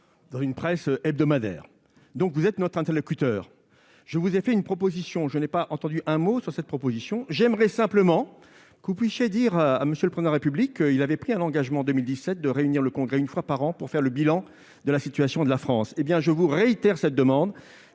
dans vos fonctions ! Vous restez donc notre interlocuteur. Je vous ai fait une proposition ; je n'ai pas entendu un mot de vous à son propos. J'aimerais simplement que vous rappeliez à M. le Président de la République qu'il avait pris un engagement en 2017 : réunir le Congrès une fois par an pour faire le bilan de la situation de la France. Je vous réitère cette demande,